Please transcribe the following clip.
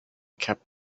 kept